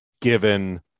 given